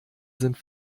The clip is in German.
sind